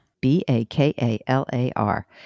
B-A-K-A-L-A-R